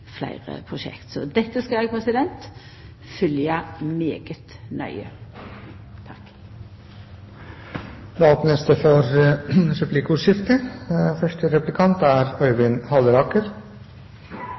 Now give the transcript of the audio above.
fleire prosjekt. Så dette skal eg følgja veldig nøye. Det blir replikkordskifte.